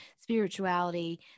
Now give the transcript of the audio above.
spirituality